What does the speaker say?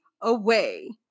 away